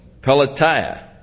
Pelatiah